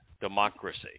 democracy